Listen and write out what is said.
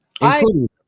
including